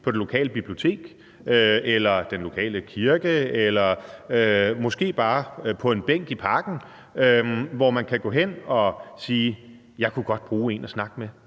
på det lokale bibliotek, i den lokale kirke eller måske bare på en bænk i parken, hvor man kan gå hen og sige: Jeg kunne godt bruge en at snakke med,